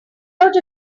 out